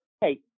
Hey